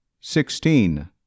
Sixteen